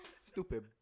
Stupid